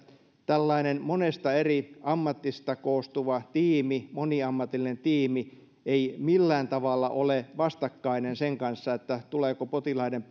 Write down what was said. tällainen monesta eri ammatista koostuva tiimi moniammatillinen tiimi ei millään tavalla ole vastakkainen sen kanssa tuleeko potilaiden